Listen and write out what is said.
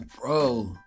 Bro